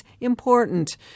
important